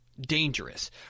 dangerous